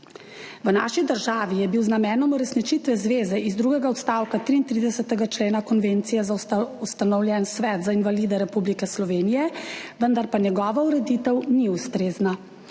V naši državi je bil z namenom uresničitve zveze iz drugega odstavka 33. člena Konvencije ustanovljen Svet za invalide Republike Slovenije, vendar pa njegova ureditev ni ustrezna.